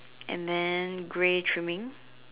and then grey trimming